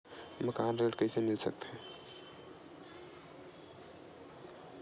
मकान ऋण कइसे मिल सकथे?